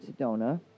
Sedona